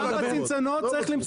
גם בצנצנות צריך למצוא את האיזון.